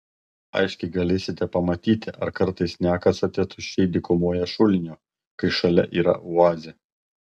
aiškiai galėsite pamatyti ar kartais nekasate tuščiai dykumoje šulinio kai šalia yra oazė